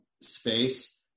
space